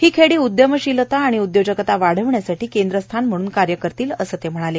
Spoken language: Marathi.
ही खेडी उद्यमशिलता आणि उद्योजगता वाढवण्यासाठी केंद्र स्थान म्हणून कार्य करतील असं ते म्हणाले